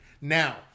Now